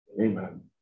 Amen